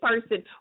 person